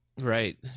Right